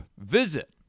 Visit